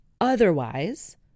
Otherwise